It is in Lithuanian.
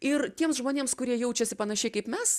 ir tiems žmonėms kurie jaučiasi panašiai kaip mes